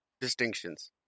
distinctions